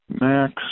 max